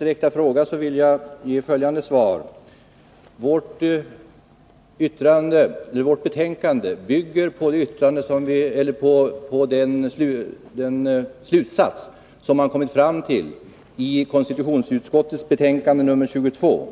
Herr talman! På Hilding Johanssons direkta fråga vill jag ge följande svar: Finansutskottets betänkande bygger på den slutsats som man kommit fram till i konstitutionsutskottets betänkande 22.